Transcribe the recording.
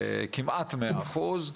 כמעט מאה אחוז,